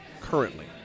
currently